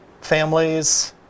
families